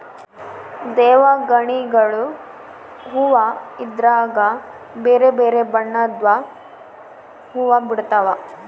ದೇವಗಣಿಗಲು ಹೂವ್ವ ಇದ್ರಗ ಬೆರೆ ಬೆರೆ ಬಣ್ಣದ್ವು ಹುವ್ವ ಬಿಡ್ತವಾ